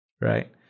right